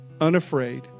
unafraid